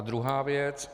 Druhá věc.